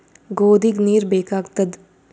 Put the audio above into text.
ಗೋಧಿಗ ನೀರ್ ಬೇಕಾಗತದ?